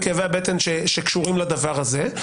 וכאבי הבטן שקשורים לדבר הזה,